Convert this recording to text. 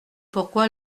pourquoi